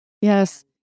Yes